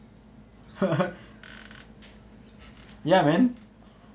ya man